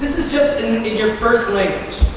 is just in in your first language.